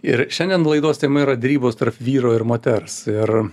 ir šiandien laidos tema yra derybos tarp vyro ir moters ir